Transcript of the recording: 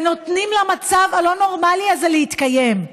נותנים למצב הלא-נורמלי הזה להתקיים.